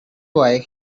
boy